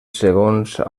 segons